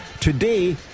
Today